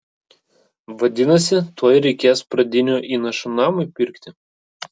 vadinasi tuoj reikės pradinio įnašo namui pirkti